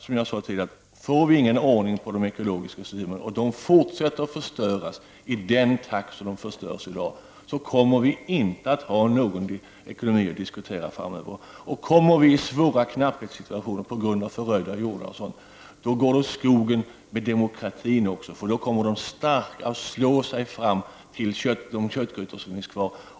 Som jag sade tidigare: Får vi ingen ordning på de ekologiska systemen, utan de fortsätter att förstöras i samma takt som i dag, kommer vi inte att ha någon ekonomi att diskutera framöver. Kommer vi i svåra knapphetssituationer på grund av förödda jordar osv., går det åt skogen också med demokratin. Då kommer de starka att slå sig fram till de köttgrytor som finns kvar.